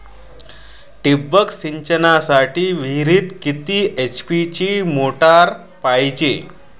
ठिबक सिंचनासाठी विहिरीत किती एच.पी ची मोटार पायजे?